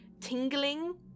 tingling